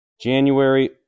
January